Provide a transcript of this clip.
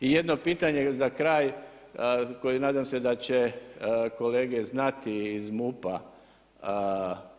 I jedno pitanje za kraj, koje nadam se da će kolege znati iz MUP-a.